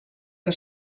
que